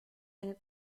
eine